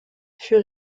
fut